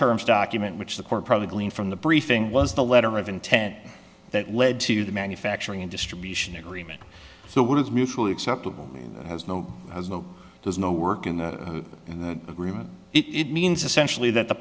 terms document which the court probably gleaned from the briefing was the letter of intent that led to the manufacturing and distribution agreement so what is mutually acceptable there's no there's no work in the in the room it means essentially that the